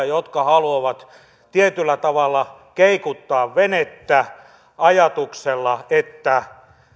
jotka haluavat tietyllä tavalla keikuttaa venettä ajatuksella että